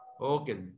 Okay